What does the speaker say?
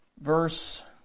Verse